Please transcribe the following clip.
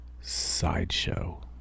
sideshow